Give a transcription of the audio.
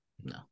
No